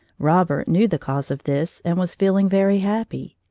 robert knew the cause of this and was feeling very happy.